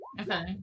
Okay